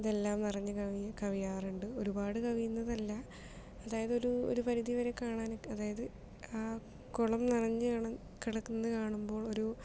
ഇതെല്ലാം നിറഞ്ഞു കവിയാറുണ്ട് ഒരുപാട് കവിയുന്നതല്ല ആതായതൊരു ഒരു പരിധി വരെ കാണാനൊക്കെ അതായത് ആ കുളം നിറഞ്ഞ് കിടക്കുന്നത് കാണുമ്പോൾ ഒരു